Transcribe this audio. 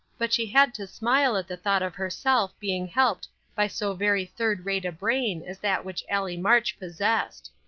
but she had to smile at the thought of herself being helped by so very third-rate a brain as that which allie march possessed.